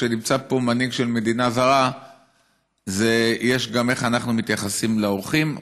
כשנמצא פה מנהיג של מדינה זרה יש גם איך אנחנו מתייחסים לאורחים.